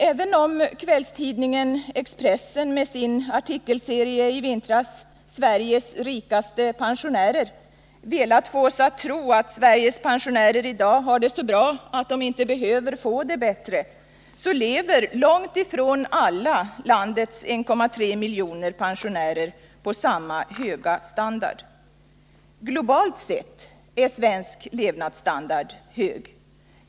Även om kvällstidningen Expressen med sin i vintras publicerade artikelserie ”Sveriges rikaste pensionärer” velat få oss att tro att Sveriges pensionärer i dag har det så bra att de inte behöver få det bättre, lever långt ifrån alla landets 1,3 miljoner pensionärer på samma höga standard. Globalt sett är svensk levnadsstandard hög.